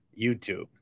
YouTube